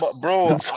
bro